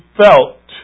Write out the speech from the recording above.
felt